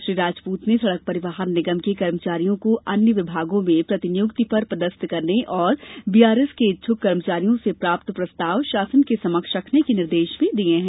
श्री राजपूत ने सड़क परिवहन निगम के कर्मचारियों को अन्य विभागों में प्रतिनियुक्ति पर पदस्थ करने और बीआरएस के इच्छुक कर्मचारियों से प्राप्त प्रस्ताव शासन के समक्ष रखने के निर्देश भी दिये हैं